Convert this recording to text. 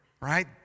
right